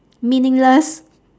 meaningless